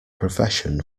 profession